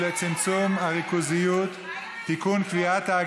ולצמצום הריכוזיות (תיקון,